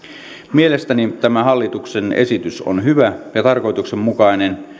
mielestäni tämä hallituksen esitys on hyvä ja tarkoituksenmukainen